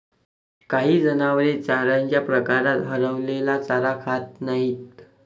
काही जनावरे चाऱ्याच्या प्रकारात हरवलेला चारा खात नाहीत